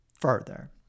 further